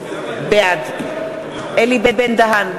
בעד אלי בן-דהן,